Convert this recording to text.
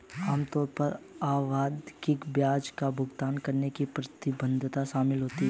आम तौर पर आवधिक ब्याज का भुगतान करने की प्रतिबद्धता शामिल होती है